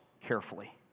carefully